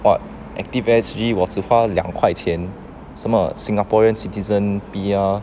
what active S_G 我只花两块钱什么 singaporean citizen P_R